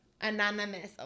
anonymous